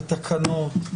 בתקנות,